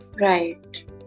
Right